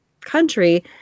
country